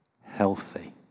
healthy